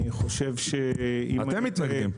אני חושב שאם היית -- אתם מתנגדים.